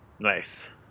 Nice